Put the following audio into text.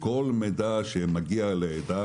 כל מידע שמגיע לידיי,